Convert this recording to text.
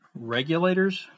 regulators